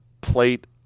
plate